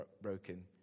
broken